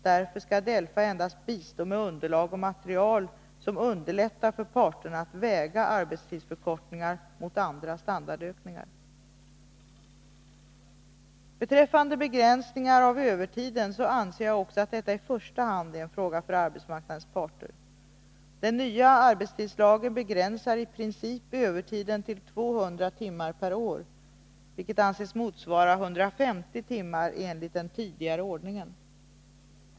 Därför skall DELFA endast bistå med underlag och material som underlättar för parterna att väga arbetstidsförkortningar mot andra standardökningar. Beträffande begränsningar av övertiden anser jag att också detta i första hand är en fråga för arbetsmarknadens parter. Den nya arbetstidslagen begränsar i princip övertiden till 200 timmar per år, vilket anses motsvara 150 timmar enligt tidigare ordning.